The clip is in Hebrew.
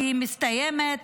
והיא מסתיימת,